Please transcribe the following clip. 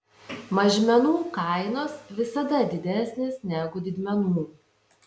mažmenų kainos visada didesnės negu didmenų